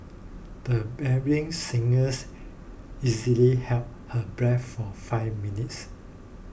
the bearing singers easily held her breath for five minutes